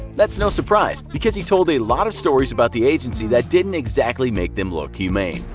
that's no surprise, because he told a lot of stories about the agency that didn't exactly make them look humane.